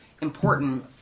important